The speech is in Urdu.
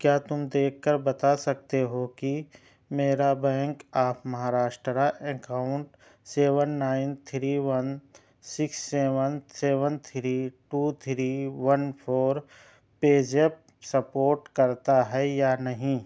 کیا تم دیکھ کر بتا سکتے ہو کہ میرا Bank of Maharashtra account seven nine three one six seven seven three two three one four پے زیپ سپوٹ کرتا ہے یا نہیں